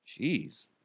Jeez